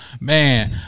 man